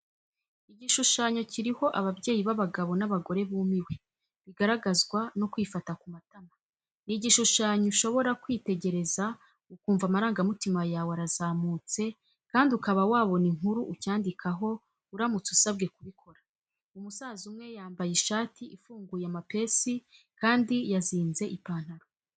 Igishushanyo kiriho ababyeyi b'abagabo n'abagore bumiwe, bigaragazwa no kwifata ku matama. N i igishushanyo ushobora kwitegereza ukumva amarangamutima yawe arazamutse kandi ukaba wabona inkuru ucyandikaho uramutse usabwe kubikora. Umusaza umwe yambaye ishati ifunguye amapesi kandi yazinze ipantaro.